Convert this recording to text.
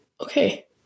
okay